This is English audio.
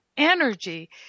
energy